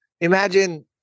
imagine